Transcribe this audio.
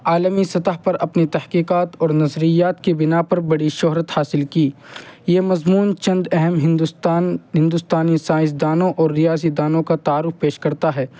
عالمی سطح پر اپنی تحقیقات اور نظریات کی بنا پر بڑی شہرت حاصل کی یہ مضمون چند اہم ہندوستان ہندوستانی سائنسدانوں اور ریاضی دانوں کا تعارف پیش کرتا ہے